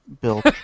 built